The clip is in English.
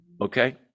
Okay